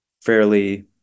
fairly